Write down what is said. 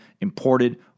imported